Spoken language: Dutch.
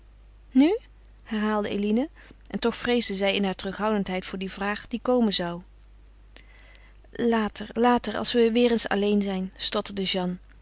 nu herhaalde eline en toch vreesde zij in haar terughoudendheid voor die vraag die komen zou later later als we weêr eens alleen zijn stotterde jeanne